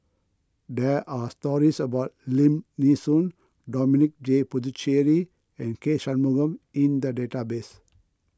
there are stories about Lim Nee Soon Dominic J Puthucheary and K Shanmugam in database